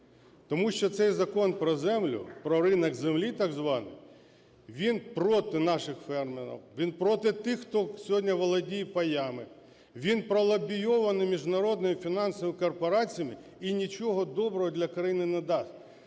Тому що цей Закон про землю – про ринок землі так званий, він проти наших фермерів, він проти тих, хто сьогодні володіє паями. Він пролобійований міжнародними фінансовими корпораціями і нічого доброго для країни не дасть.